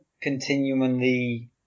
continually